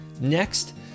Next